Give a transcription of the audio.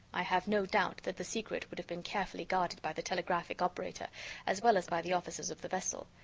i have no doubt that the secret would have been carefully guarded by the telegraphic operator as well as by the officers of the vessel.